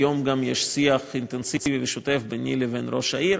היום גם יש שיח אינטנסיבי ושוטף ביני לבין ראש העיר.